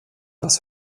das